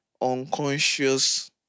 unconscious